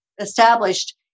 established